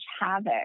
havoc